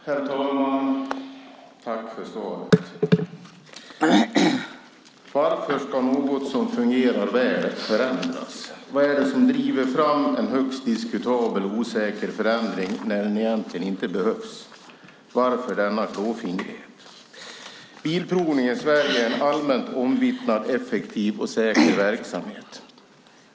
Herr talman! Jag tackar statsrådet för svaret. Varför ska något som fungerar väl förändras? Vad är det som driver fram en högst diskutabel och osäker förändring när den egentligen inte behövs? Varför denna klåfingrighet? Bilprovningen i Sverige är en allmänt omvittnad effektiv och säker verksamhet.